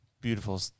beautiful